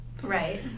Right